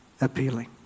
appealing